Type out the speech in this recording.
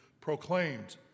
proclaimed